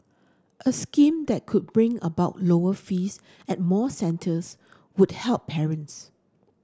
a scheme that could bring about lower fees at more centres would help parents